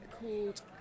called